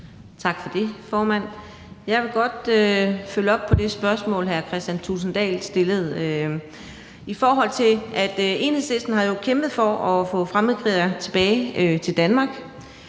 Tak for det, formand. Jeg vil godt følge op på det spørgsmål, hr. Kristian Thulesen Dahl stillede, i forhold til at Enhedslisten jo har kæmpet for at få fremmedkrigere tilbage til Danmark,